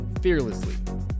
fearlessly